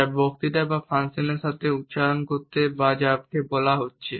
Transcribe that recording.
যা বক্তৃতা বা ফাংশনের সাথে উচ্চারণ করতে বা যা বলা হচ্ছে